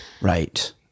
right